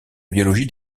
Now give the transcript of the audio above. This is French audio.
biologie